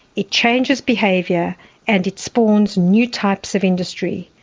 it changes behaviour and it spawns new types of industry.